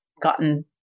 gotten